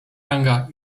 ranga